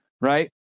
Right